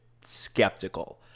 skeptical